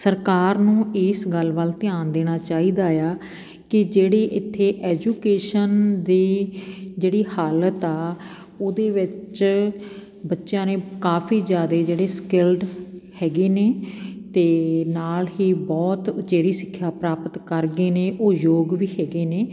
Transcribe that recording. ਸਰਕਾਰ ਨੂੰ ਇਸ ਗੱਲ ਵੱਲ ਧਿਆਨ ਦੇਣਾ ਚਾਹੀਦਾ ਏ ਆ ਕਿ ਜਿਹੜੀ ਇੱਥੇ ਐਜੂਕੇਸ਼ਨ ਦੀ ਜਿਹੜੀ ਹਾਲਤ ਆ ਉਹਦੇ ਵਿੱਚ ਬੱਚਿਆਂ ਨੇ ਕਾਫ਼ੀ ਜ਼ਿਆਦੇ ਜਿਹੜੇ ਸਕਿੱਲਡ ਹੈਗੇ ਨੇ ਅਤੇ ਨਾਲ ਹੀ ਬਹੁਤ ਉਚੇਰੀ ਸਿੱਖਿਆ ਪ੍ਰਾਪਤ ਕਰ ਗਏ ਨੇ ਉਹ ਯੋਗ ਵੀ ਹੈਗੇ ਨੇ